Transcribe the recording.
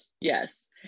Yes